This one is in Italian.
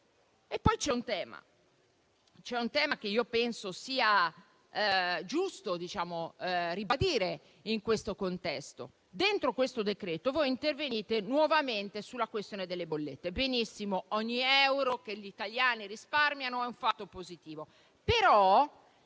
Poi c'è un tema, che io penso sia giusto ribadire in questo contesto. Dentro questo decreto intervenite nuovamente sulla questione delle bollette. Benissimo, ogni euro che gli italiani risparmiano è un fatto positivo.